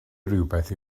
rywbeth